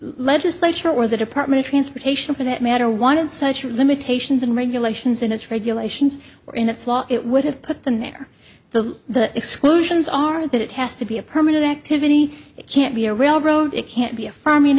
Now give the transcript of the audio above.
legislature or the department of transportation for that matter wanted such limitations and regulations in its regulations or in its law it would have put them there the the exclusions are that it has to be a permanent activity it can't be a railroad it can't be a farm